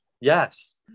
Yes